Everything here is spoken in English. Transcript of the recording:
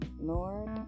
lord